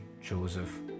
Joseph